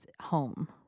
home